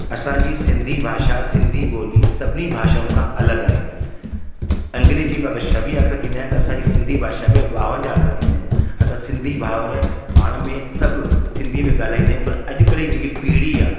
असांजी सिंधी भाषा सिंधी ॿोली सभिनी भाषाउनि खां अलॻि आहे अंग्रेजी में अगरि छवीह अखर थींदा आहिनि त असांजी सिंधी भाषा में ॿावंजाह अखर थींदा आहिनि असां सिंधी भाउर पाण में सभु सिंधी में ॻाल्हाईंदा आहियूं पर अॼुकल्ह जी जेकी पीढ़ी आहे